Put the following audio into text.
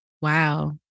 Wow